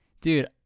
dude